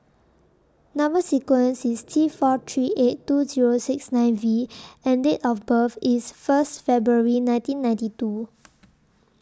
Number sequence IS T four three eight two Zero six nine V and Date of birth IS First February nineteen ninety two